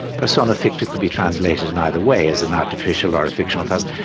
persona ficta could be translated in either way, as an artificial or a fictional person.